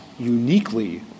uniquely